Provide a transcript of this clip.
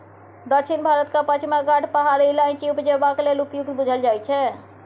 दक्षिण भारतक पछिमा घाट पहाड़ इलाइचीं उपजेबाक लेल उपयुक्त बुझल जाइ छै